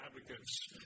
advocates